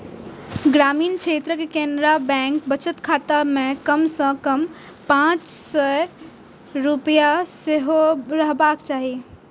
ग्रामीण क्षेत्रक केनरा बैंक बचत खाता मे कम सं कम पांच सय रुपैया रहबाक चाही